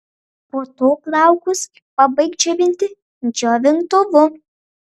po to plaukus pabaik džiovinti džiovintuvu